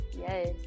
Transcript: Yes